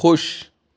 خوش